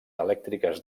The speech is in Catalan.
elèctriques